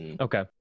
Okay